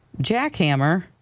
Jackhammer